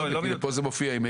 התיקון שעשינו הוא לסעיף 34,